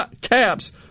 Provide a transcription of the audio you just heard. caps